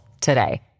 today